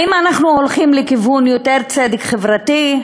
האם אנחנו הולכים לכיוון של יותר צדק חברתי?